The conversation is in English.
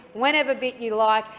whenever but you like,